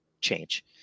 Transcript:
change